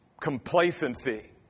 complacency